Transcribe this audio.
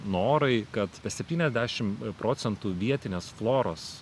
norai kad septyniasdešim procentų vietinės floros